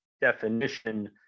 definition